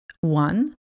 One